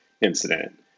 incident